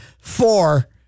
Four